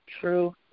true